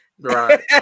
right